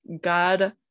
god